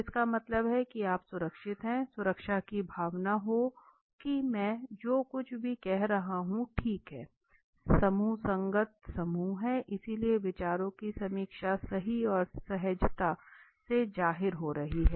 तो इसका मतलब है कि आप सुरक्षित हैं सुरक्षा की भावना हो कि मैं जो कुछ भी कह रहा हूं ठीक हूं समूह संगत समूह है इसलिए विचारों की समीक्षा सही और सहजता से जाहिर हो रही है